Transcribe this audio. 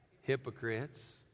hypocrites